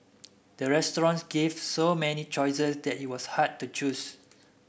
the restaurant gave so many choices that it was hard to choose